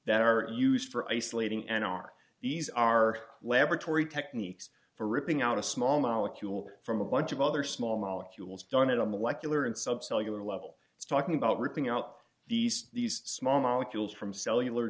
that are used for isolating and are these are laboratory techniques for ripping out a small molecule from a bunch of other small molecules done at a molecular and subsoil your level it's talking about ripping out these these small molecules from cellular